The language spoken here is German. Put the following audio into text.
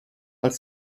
als